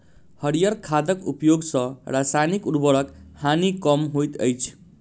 हरीयर खादक उपयोग सॅ रासायनिक उर्वरकक हानि कम होइत अछि